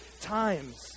times